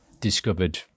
discovered